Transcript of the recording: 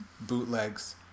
bootlegs